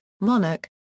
monarch